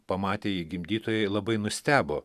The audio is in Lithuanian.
pamatę jį gimdytojai labai nustebo